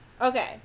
Okay